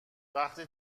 وقتی